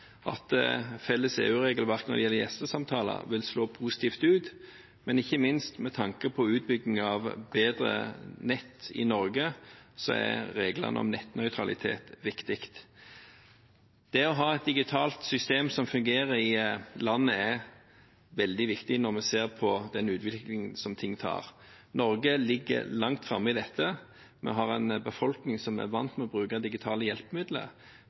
at felles EU-regelverk når det gjelder gjestesamtaler, vil slå positivt ut. Ikke minst med tanke på utbygging av bedre nett i Norge er reglene om nettnøytralitet viktig. Det å ha et digitalt system som fungerer i landet, er veldig viktig når vi ser den utviklingen ting tar. Norge ligger langt framme i dette. Vi har en befolkning som er vant med å bruke digitale hjelpemidler.